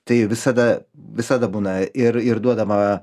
tai visada visada būna ir ir duodama